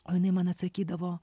o jinai man atsakydavo